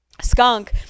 skunk